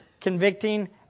convicting